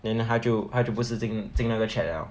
then 它就它就不是进进那个 chat liao